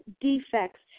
defects